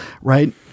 right